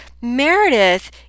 Meredith